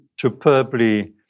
superbly